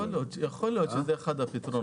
יכול להיות שזה אחד הפתרונות.